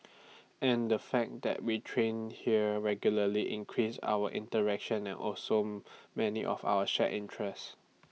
and the fact that we train here regularly increases our interaction and also many of our shared interests